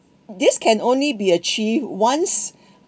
this can only be achieved once